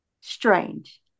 strange